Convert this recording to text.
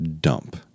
dump